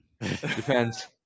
Depends